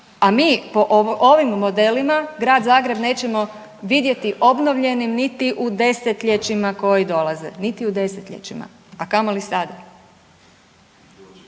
a mi po ovim modelima, Grad Zagreb nećemo vidjeti obnovljenim niti u desetljećima koji dolaze. Niti u desetljećima, a kamoli sada.